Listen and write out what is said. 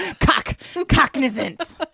cognizant